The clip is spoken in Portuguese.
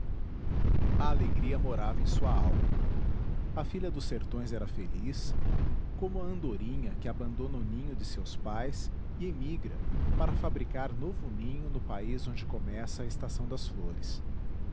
a alegria morava em sua alma a filha dos sertões era feliz como a andorinha que abandona o ninho de seus pais e emigra para fabricar novo ninho no país onde começa a estação das flores